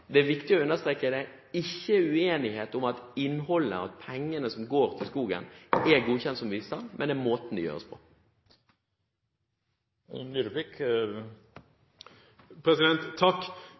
Det er viktig å understreke at det ikke er uenighet om at pengene som går til skogen, er godkjent som bistand, men det er uenighet om måten det gjøres på.